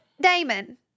Damon